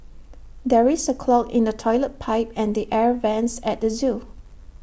there is A clog in the Toilet Pipe and the air Vents at the Zoo